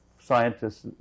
scientists